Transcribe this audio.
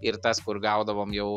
ir tas kur gaudavom jau